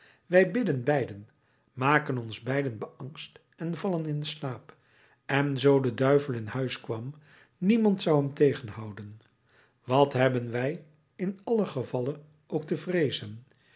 wij bidden beiden maken ons beiden beangst en vallen in slaap en zoo de duivel in huis kwam niemand zou hem tegenhouden wat hebben wij in allen gevalle ook te vreezen